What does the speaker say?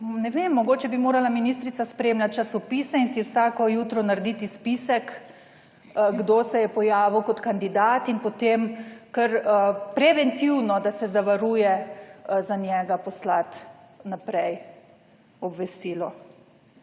Ne vem, mogoče bi morala ministrica spremljati časopise in si vsako jutro narediti spisek, kdo se je pojavil kot kandidat in potem kar preventivno, da se zavaruje za njega, poslati naprej obvestilo.